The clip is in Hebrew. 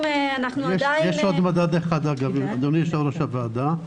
ישנו עוד מדד אחד אדוני יושב-ראש הוועדה,